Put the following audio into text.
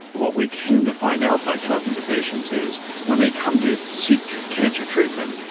what we came to find out by talking to patients is when they come to seek cancer treatment,